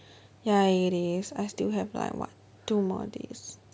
ya it is I still have like what two more days